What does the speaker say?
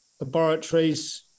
laboratories